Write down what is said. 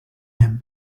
him